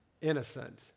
Innocent